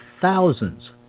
thousands